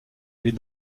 les